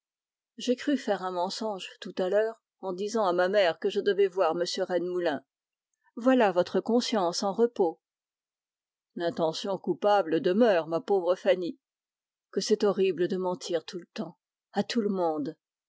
j'ai cru faire un mensonge tout à l'heure en disant à ma mère que je devais voir m rennemoulin voilà votre conscience en repos l'intention coupable demeure ma pauvre fanny c'est horrible de mentir tout le temps à tout le monde